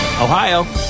Ohio